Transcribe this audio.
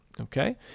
okay